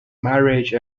marriage